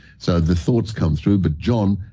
so the thoughts come through, but john,